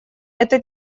это